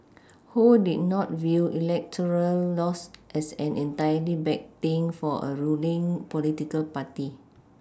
who did not view electoral loss as an entirely bad thing for a ruling political party